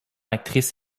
actrice